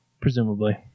presumably